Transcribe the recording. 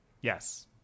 Yes